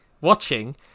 watching